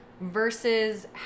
Versus